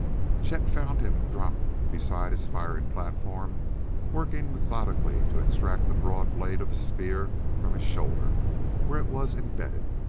chet found him dropped beside his firing platform working methodically to extract the broad blade of a spear from his shoulder where it was embedded.